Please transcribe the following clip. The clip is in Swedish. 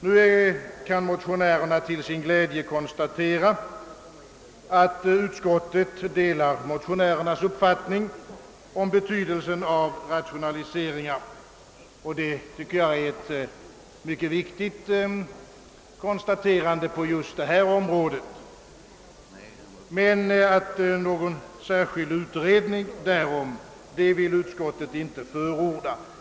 Nu kan motionärerna till sin glädje konstatera, att utskottet delar deras uppfattning om betydelsen av rationaliseringar — jag tycker detta är ett mycket viktigt konstaterande på just detta område —, men någon särskild utredning därom vill utskottet inte förorda.